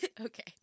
Okay